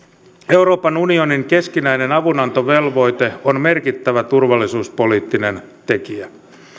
euroopan unionin keskinäinen avunantovelvoite on merkittävä turvallisuuspoliittinen tekijä